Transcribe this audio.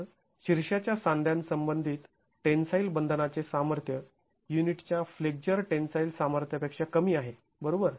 तर शीर्षाच्या सांध्या संबंधित टेन्साईल बंधनाचे सामर्थ्य युनिटच्या फ्लेक्झर टेन्साईल सामर्थ्यापेक्षा कमी आहे बरोबर